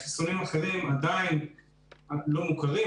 חיסונים אחרים עדיין לא מוכרים.